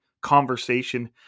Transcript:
conversation